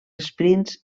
esprints